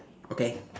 okay